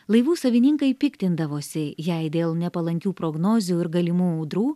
laivų savininkai piktindavosi jei dėl nepalankių prognozių ir galimų audrų